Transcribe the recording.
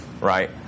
right